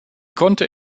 konnte